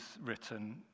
written